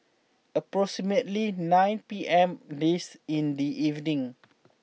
approximately nine P M this in the evening